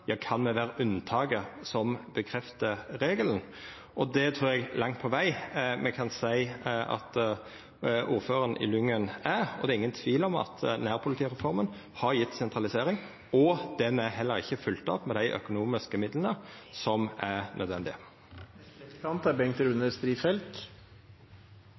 Kan me vera unntaket som bekreftar regelen? Det trur eg me langt på veg kan seia at ordføraren i Lyngen er. Det er ingen tvil om at nærpolitireforma har gjeve sentralisering, og ho er heller ikkje følgd opp med dei økonomiske midlane som er